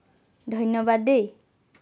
ধন্যবাদ দেই